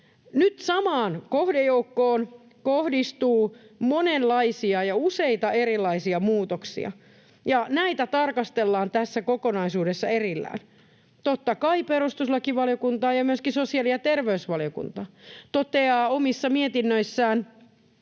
Nyt samaan kohdejoukkoon kohdistuu monenlaisia ja useita erilaisia muutoksia, ja näitä tarkastellaan tässä kokonaisuudessa erillään. Totta kai perustuslakivaliokunta ja myöskin sosiaali- ja terveysvaliokunta toteavat omissa mietinnöissään,